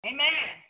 Amen